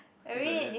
is like that